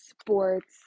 sports